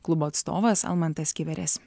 klubo atstovas almantas kiveris